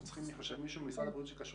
צריך מישהו ממשרד הבריאות ששייך